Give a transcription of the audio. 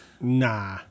nah